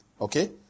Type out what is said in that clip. okay